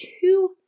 two